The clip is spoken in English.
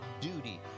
duty